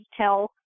tell